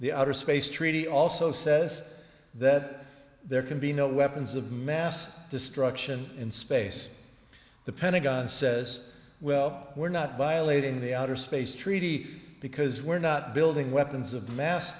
the outer space treaty also says that there can be no weapons of mass destruction in space the pentagon says well we're not by a lead in the outer space treaty because we're not building weapons of mass